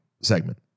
segment